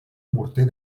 morter